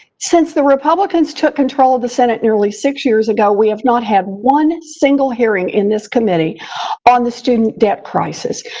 since the republicans took control of the senate nearly six years ago, we have not had one single hearing in this committee on the student debt crisis.